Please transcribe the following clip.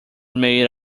made